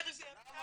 איך זה --- למה?